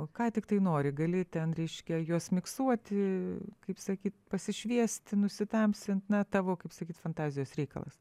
ką tiktai nori gali ten reiškia juos miksuoti kaip sakyt pasišviesti nusitamsint na tavo kaip sakyt fantazijos reikalas